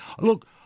look